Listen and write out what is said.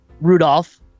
Rudolph